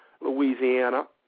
Louisiana